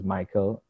Michael